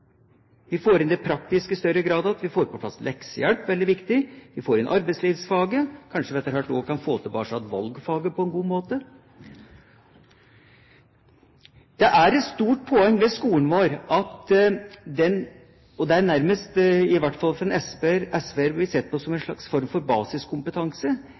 Vi får det praktiske inn igjen i større grad. Vi får på plass leksehjelp. Det er veldig viktig. Vi får inn arbeidslivsfaget. Kanskje vi etter hvert også kan få tilbake igjen valgfaget på en god måte. Det er et stort poeng ved skolen vår – og det blir nærmest, i hvert fall for en SV-er, sett på som en slags form for basiskompetanse